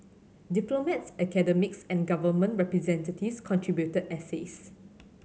diplomats academics and government representatives contributed essays